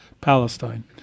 Palestine